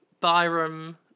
Byram